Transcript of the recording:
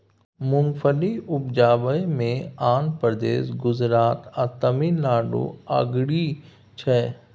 मूंगफली उपजाबइ मे आंध्र प्रदेश, गुजरात आ तमिलनाडु अगारी छै